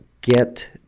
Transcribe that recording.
get